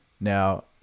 Now